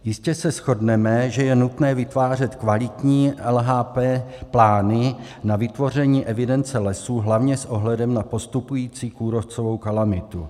Jistě se shodneme, že je nutné vytvářet kvalitní LHP plány na vytvoření evidence lesů, hlavně s ohledem na postupující kůrovcovou kalamitu.